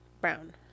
Brown